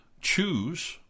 choose